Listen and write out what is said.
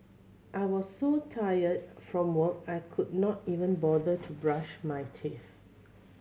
I was so tired from work I could not even bother to brush my teeth